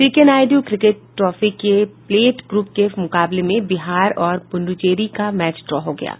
सी K Naidu cricket trophy के plate group के मुकाबले में बिहार और पुड्चेरी का मैच ड्रा हो गया है